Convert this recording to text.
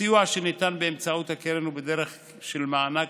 הסיוע שניתן באמצעות הקרן הוא בדרך של מענק